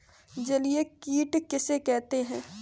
जलीय कीट किसे कहते हैं?